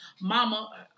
mama